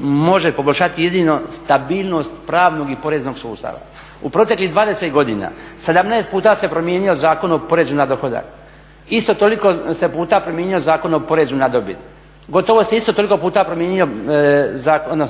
može poboljšati jedino stabilnost pravnog i poreznog sustava. U proteklih 20 godina 17 puta se promijenio Zakon o porezu na dohodak. Isto toliko se puta promijenio Zakon o porezu na dobit. Gotovo se isto toliko puta promijenio zakon,